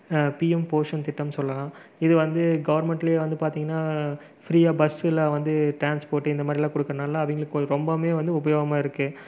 PM Poshan திட்டம் சொல்லலாம் இது வந்து கவர்மென்ட்லியே வந்து பார்த்தீங்கன்னா ஃபிரீயாக பஸ்ஸுலாம் வந்து டிரான்ஸ்போர்ட் இந்த மாதிரில்லா கொடுக்குறதுனால அவங்களுக்கு ரொம்பவுமே வந்து உபயோகமாக இருக்குது